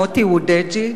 מוטי וודג'י